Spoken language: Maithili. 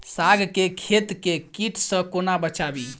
साग केँ खेत केँ कीट सऽ कोना बचाबी?